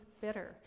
bitter